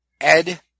Ed